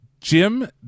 Jim